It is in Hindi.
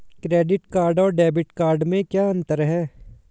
क्रेडिट कार्ड और डेबिट कार्ड में क्या अंतर है?